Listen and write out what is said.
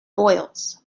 boils